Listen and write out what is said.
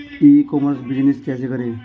ई commerce business कैसे करें?